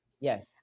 Yes